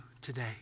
today